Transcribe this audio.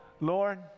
Lord